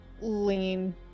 lean